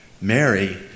Mary